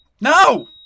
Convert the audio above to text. No